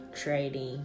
trading